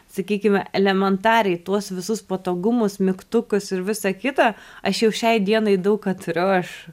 sakykime elementariai tuos visus patogumus mygtukus ir visa kita aš jau šiai dienai daug ką turiu aš